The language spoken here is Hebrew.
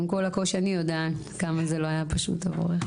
עם כל הקושי אני יודעת כמה זה לא היה פשוט עבורך,